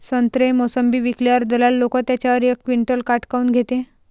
संत्रे, मोसंबी विकल्यावर दलाल लोकं त्याच्यावर एक क्विंटल काट काऊन घेते?